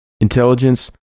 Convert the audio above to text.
Intelligence